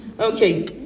Okay